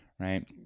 Right